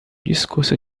discurso